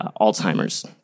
Alzheimer's